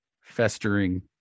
festering